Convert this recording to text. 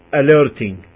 alerting